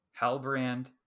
Halbrand